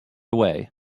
away